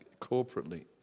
corporately